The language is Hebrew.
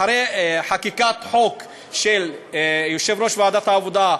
אחרי חקיקת חוק של יושב-ראש ועדת העבודה,